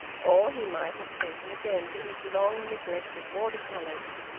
or he might have taken again to his long-neglected water-colours.